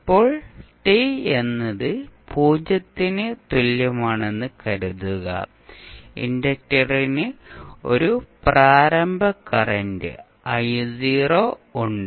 ഇപ്പോൾ t എന്നത് പൂജ്യത്തിന് തുല്യമാണെന്ന് കരുതുക ഇൻഡക്റ്ററിന് ഒരു പ്രാരംഭ കറന്റ് ഉണ്ട്